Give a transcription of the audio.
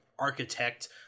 architect